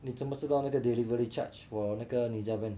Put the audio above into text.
你怎么知道那个 delivery charge for 那个 Ninja Van